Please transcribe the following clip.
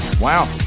wow